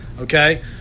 okay